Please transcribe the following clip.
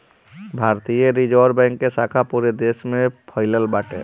भारतीय Reserve Bank के शाखा पूरा देस में फइलल बाटे